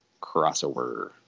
crossover